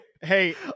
Hey